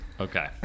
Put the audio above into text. okay